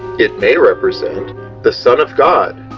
it may represent the son of god,